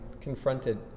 confronted